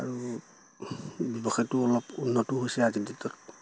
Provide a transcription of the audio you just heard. আৰু ব্যৱসায়টো অলপ উন্নতো হৈছে আজিৰ ডে'টত